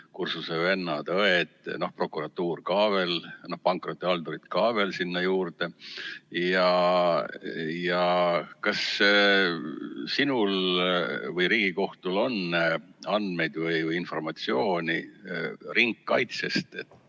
kursusevennad-õed, prokuratuur ka veel, pankrotihaldurid veel sinna juurde. Kas sinul või Riigikohtul on andmeid või informatsiooni ringkaitsest,